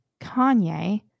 Kanye